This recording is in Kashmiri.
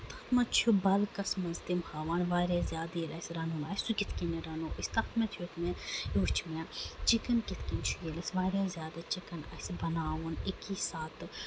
تَتھ منٛز چھُ بَلکس منٛز تِم ہاوان واریاہ زیادٕ ییٚلہِ اَسہِ رَنُن آسہِ سُہ کِتھ کٔنۍ رَنو أسۍ تَتھ منٛز چھُ مےٚ ہٮ۪وٚچھ مےٚ وٕچھ مےٚ چِکن کِتھ کٔنۍ چھِ اَسہِ ییٚلہِ اَسہِ واریاہ زیادٕ چِکن آسہِ بَناوُن اَکی ساتہٕ